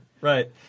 Right